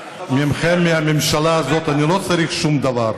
מכם, מהממשלה הזאת, אני לא צריך שום דבר.